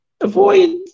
avoid